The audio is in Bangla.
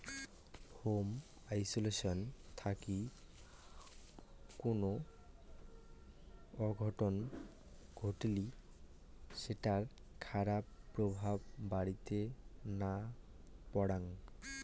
হোম ইন্সুরেন্স থাকিল কুনো অঘটন ঘটলি সেটার খারাপ প্রভাব বাড়িতে না পরাং